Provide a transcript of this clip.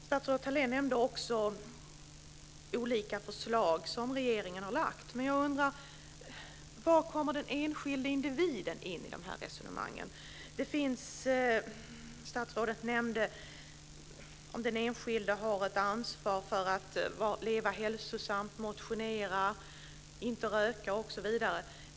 Statsrådet Thalén nämnde också olika förslag som regeringen har lagt. Jag undrar: Var kommer den enskilde individen in i dessa resonemang? Statsrådet nämnde att den enskilde har ett ansvar för att leva hälsosamt, motionera, inte röka osv.